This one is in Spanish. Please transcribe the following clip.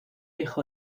hijo